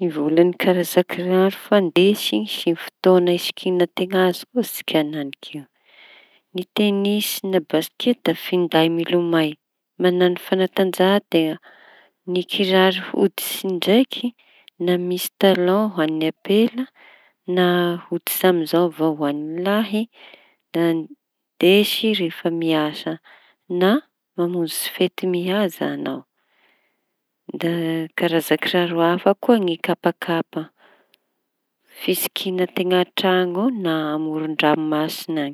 Hivolañy karaza kiraro fandesy sy fotoaña hisikinanteña azy koa sika enanik'io. Ny tenisy na basikety da finday milomay mañano fañatanjahan-teña. Ny kiraro hoditsy ndraiky na misy talô ho an'ny ampela na tsotsa amizao avao ho any lehilahy da ndesy rehefa miasa na mamonjy fety mihaja añao. Da karaza kiraro hafa koa ny kapakapa fisikiña teña an-traño na amoron-dranomasiña.